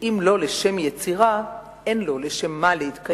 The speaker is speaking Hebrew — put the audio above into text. ואם לא לשם יצירה, אין לו לשם מה להתקיים".